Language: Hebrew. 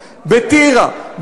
בטירה,